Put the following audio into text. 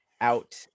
out